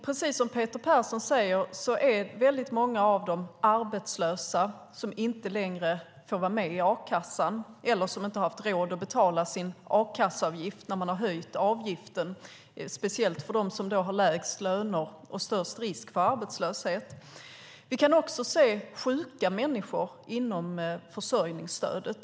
Precis som Peter Persson säger är väldigt många av dem arbetslösa som inte längre får vara med i a-kassan eller som inte har haft råd att betala sin a-kasseavgift när man har höjt avgiften, speciellt för dem som har lägst löner och störst risk för arbetslöshet. Vi kan också se sjuka människor inom försörjningsstödet.